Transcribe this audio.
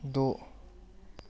द'